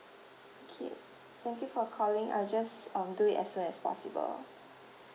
okay thank you for calling I will just um do it as soon as possible